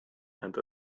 and